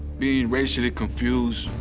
being racially confused,